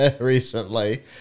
recently